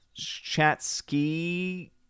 Chatsky